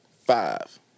Five